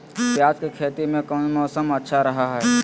प्याज के खेती में कौन मौसम अच्छा रहा हय?